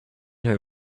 her